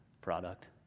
product